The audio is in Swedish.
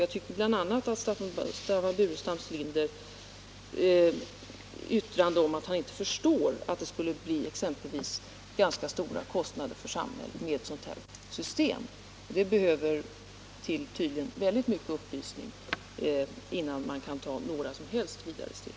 Jag tycker att bl.a. Staffan Burenstam Linders yttrande om att han inte förstår att det exempelvis skulle bli ganska stora kostnader för samhället med ett sådant här system visar att det behövs väldigt mycket upplysning, innan man kan ta några som helst vidare steg.